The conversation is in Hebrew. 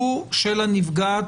הוא של הנפגעת,